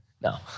No